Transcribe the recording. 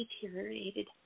deteriorated